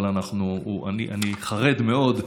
אבל אני חרד מאוד,